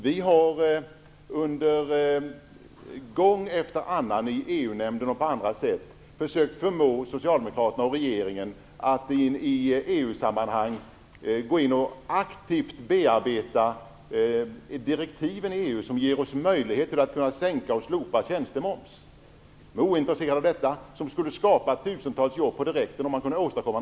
Vi har gång efter annan, i EU-nämnden och på andra sätt, försökt förmå Socialdemokraterna och regeringen att i EU-sammanhang aktivt bearbeta de direktiv i EU som ger oss möjlighet att sänka och slopa tjänstemoms. Ni är ointresserade av detta, som direkt skulle skapa tusentals jobb, om det kunde åstadkommas.